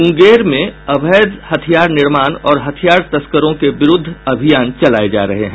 मुंगेर में अवैध हथियार निर्माण और हथियार तस्करों के विरूद्ध अभियान चलाये जा रहे हैं